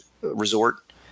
resort